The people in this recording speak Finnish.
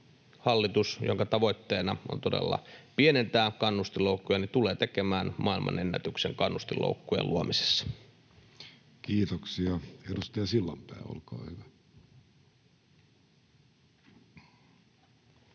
hallitus, jonka tavoitteena on todella pienentää kannustinloukkuja, tulee tekemään maailmanennätyksen kannustinloukkujen luomisessa. [Speech 199] Speaker: